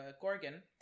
Gorgon